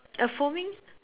a foaming